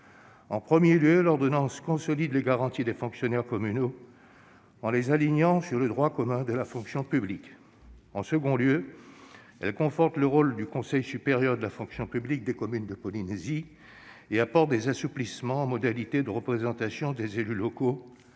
En premier lieu, l'ordonnance consolide les garanties dont disposent les fonctionnaires communaux en les alignant sur le droit commun de la fonction publique. En second lieu, elle conforte le rôle du Conseil supérieur de la fonction publique des communes de la Polynésie française et apporte des assouplissements aux modalités de représentation des élus locaux